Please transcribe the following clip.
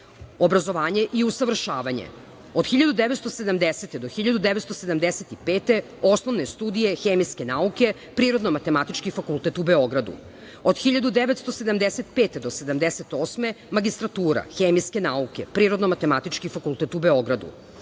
dece. Obrazovanje i usavršavanje: od 1970. do 1975. godine, osnovne studije hemijske nauke, Prirodno matematički fakultet u Beogradu; od 1975. do 1978. godine magistratura, hemijske nauke, Prirodno matematički fakultet u Beogradu;